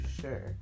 sure